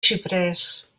xiprers